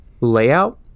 layout